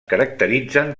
caracteritzen